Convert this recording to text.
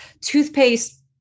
toothpaste